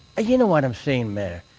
ah you know what i'm saying, mayor.